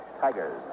Tigers